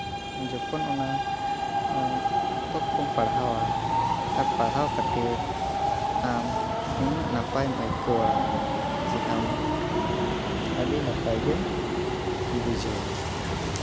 ᱡᱚᱠᱷᱚᱱ ᱚᱱᱟ ᱯᱚᱛᱚᱵ ᱠᱚᱢ ᱯᱟᱲᱦᱟᱣᱟ ᱟᱨ ᱯᱟᱲᱦᱟᱣ ᱠᱟᱛᱮ ᱟᱢ ᱩᱱᱟᱹᱜ ᱱᱟᱯᱟᱭᱮᱢ ᱟᱹᱭᱠᱟᱹᱣᱟ ᱡᱮ ᱟᱢ ᱟᱹᱰᱤ ᱱᱟᱯᱟᱭ ᱜᱮᱢ ᱵᱩᱡᱷᱟᱹᱣᱟ